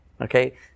Okay